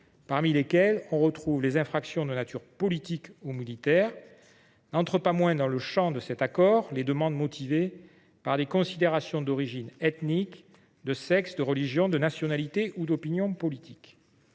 parmi lesquels les infractions de nature politique ou militaire. N’entrent pas non plus dans le champ de cet accord les demandes motivées par des considérations d’origine ethnique, de sexe, de religion, de nationalité ou d’opinions politiques.